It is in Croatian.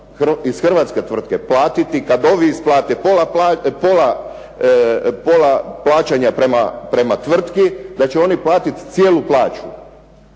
iz Hrvatske tvrtke platiti kada oni isplate pola plaćanja prema tvrtki, da će oni platiti cijelu plaću